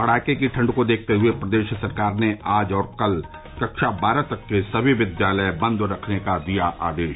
कड़ाके की ठण्ड को देखते हुए प्रदेश सरकार ने आज और कल कक्षा बारह तक के सभी विद्यालय बंद रखने का दिया आदेश